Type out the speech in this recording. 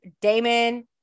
Damon